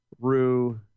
Rue